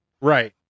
right